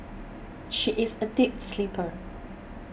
she is a deep sleeper